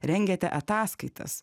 rengiate ataskaitas